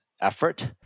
effort